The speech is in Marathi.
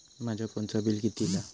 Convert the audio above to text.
माझ्या फोनचा बिल किती इला?